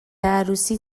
عروسی